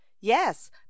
yes